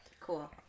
Cool